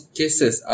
cases